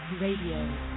Radio